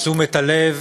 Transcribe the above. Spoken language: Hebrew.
תשומת הלב